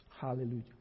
Hallelujah